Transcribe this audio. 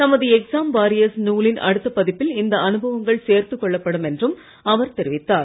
தமது exam warriors நூலின் அடுத்த பதிப்பில் இந்த அனுபவங்கள் சேர்த்து கொள்ளப்படும் என்றும் அவர் தெரிவித்தார்